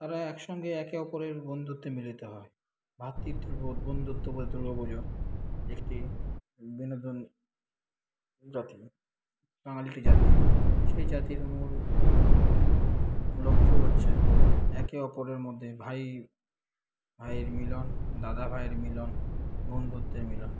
তারা একসঙ্গে একে অপরের বন্ধুত্বে মিলিত হয় ভ্রাতৃত্ববোধ বন্ধুত্ব বা দুর্গা পুজো একটি বিনোদন জাতীয় বাঙালি একটা জাতি সেই জাতির লক্ষ্য হচ্ছে একে অপরের মধ্যে ভাই ভাইয়ের মিলন দাদা ভাইয়ের মিলন বন্ধুত্বের মিলন